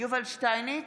יובל שטייניץ,